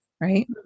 Right